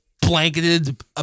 blanketed